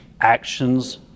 actions